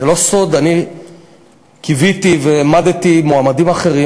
זה לא סוד, אני קיוויתי והעמדתי מועמדים אחרים.